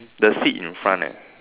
the seat in front leh